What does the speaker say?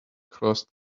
crossed